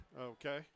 Okay